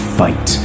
fight